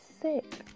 sick